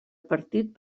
partit